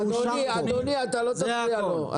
אדוני, אתה לא תפריע לו.